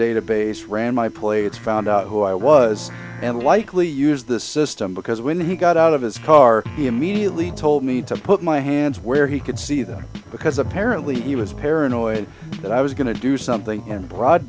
database ran my plates found out who i was and likely use the system because when he got out of his car he immediately told me to put my hands where he could see them because apparently he was paranoid that i was going to do something in broad